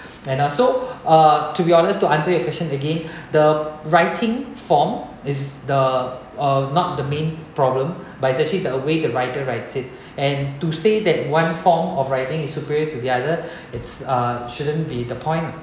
and uh so uh to be honest to answer your question again the writing form is the uh not the main problem but it's actually the way the writer writes it and to say that one form of writing is superior to the other it's uh shouldn't be the point